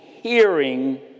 hearing